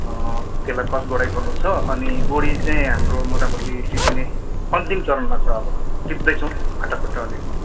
त्यलाई फर्स्ट गोडाइ गर्नु छ अनि बोडी चाहिँ हाम्रो मोटामोटी टिप्ने अन्तिम चरणमा छ अब टिप्दैछौँ फटाफट अलिअलि